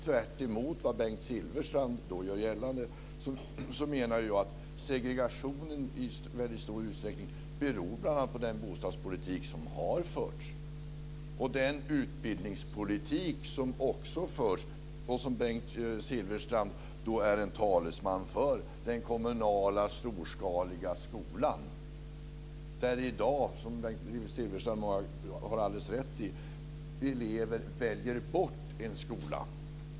Tvärtemot vad Bengt Silfverstrand gör gällande menar jag att segregationen i väldigt stor utsträckning beror på den bostadspolitik som har förts och på den utbildningspolitik som förs och som Bengt Silfverstrand är en talesman för. Det handlar om den kommunala storskaliga skolan. Där väljer i dag, som Bengt Silfverstrand har alldeles rätt i, elever bort en skola.